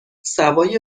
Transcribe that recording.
سوای